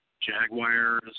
jaguars